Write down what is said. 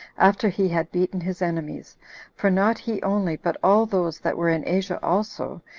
after he had beaten his enemies for not he only, but all those that were in asia also,